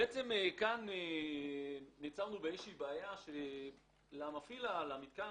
נתקלנו כאן במצב שלמפעיל המתקן,